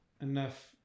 Enough